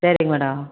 சேரிங்க மேடம்